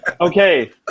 Okay